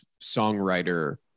songwriter